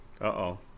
Uh-oh